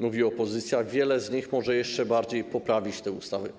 mówi opozycja, wiele z nich może jeszcze bardziej poprawić tę ustawę.